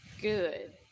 Good